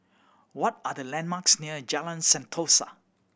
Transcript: what are the landmarks near Jalan Sentosa